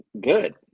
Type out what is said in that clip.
Good